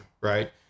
right